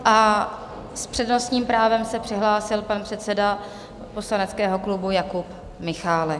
S přednostním právem se přihlásil pan předseda poslaneckého klubu Jakub Michálek.